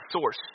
source